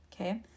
Okay